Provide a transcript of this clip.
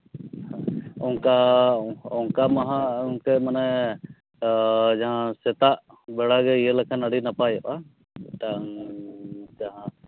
ᱚᱱᱠᱟ ᱚᱱᱠᱟ ᱢᱟ ᱦᱟᱸᱜ ᱚᱱᱛᱮ ᱢᱟᱱᱮ ᱡᱟᱦᱟᱸ ᱥᱮᱛᱟᱜ ᱵᱮᱲᱟᱜᱮ ᱤᱭᱟᱹ ᱞᱮᱠᱷᱟᱱ ᱟᱹᱰᱤ ᱱᱟᱯᱟᱭᱚᱜᱼᱟ ᱢᱤᱫᱴᱟᱝ ᱡᱟᱦᱟᱸ